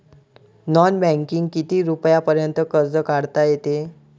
Non बँकिंगनं किती रुपयापर्यंत कर्ज काढता येते?